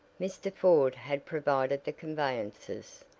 mr. ford had provided the conveyances,